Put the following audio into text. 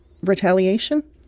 retaliation